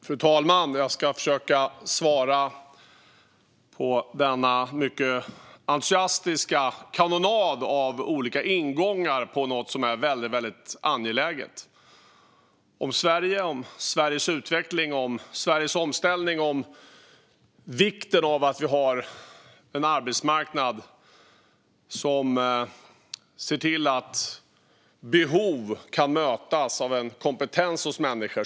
Fru talman! Jag ska försöka svara på denna mycket entusiastiska kanonad av olika ingångar till något som är väldigt angeläget. Det handlar om Sverige, om Sveriges utveckling, om Sveriges omställning och om vikten av att vi har en arbetsmarknad som ser till att behov kan mötas av en kompetens hos människor.